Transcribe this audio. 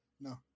No